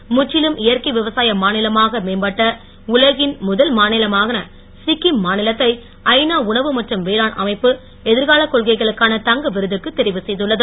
சிக்கிம் முற்றிலும் இயற்கை விவசாய மா நிலமாக உலகில் முதல் மா நிலமான சிக்கிம் மாநிலத்தை ஐ நா உணவு மற்றும் வேளாண் அமைப்பு எதிர்காலக் கொள்கைகளுக்கான தங்க விருதுக்கு தெரிவு செய்துள்ளது